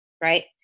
right